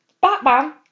Batman